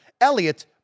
Elliot